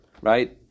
right